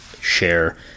share